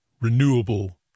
renewable